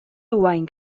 owain